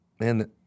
man